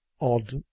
odd